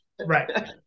right